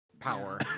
power